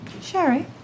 Sherry